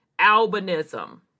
albinism